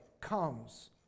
comes